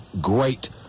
great